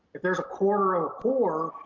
if there's a quarter of a core,